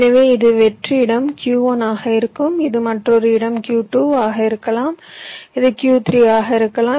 எனவே இது வெற்று இடம் Q1 ஆக இருக்கலாம் இது மற்றொரு இடம் Q2 ஆக இருக்கலாம் இது Q3 ஆக இருக்கலாம்